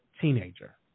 teenager